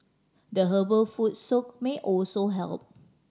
the herbal foot soak may also help